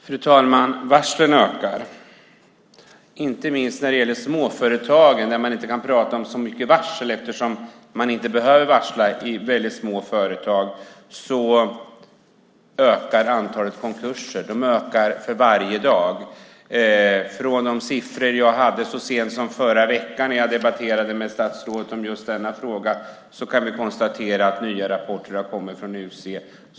Fru talman! Varslen ökar, inte minst när det gäller småföretagen där man egentligen inte kan prata om så mycket varsel eftersom man inte behöver varsla i små företag. Antalet konkurser ökar. Det ökar för varje dag. Från de siffror jag hade så sent som i förra veckan, då jag debatterade med statsrådet om just denna fråga, kan vi konstatera att nya rapporter har kommit från UC.